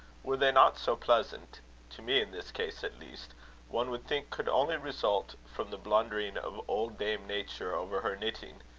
were they not so pleasant to me in this case, at least one would think could only result from the blundering of old dame nature over her knitting.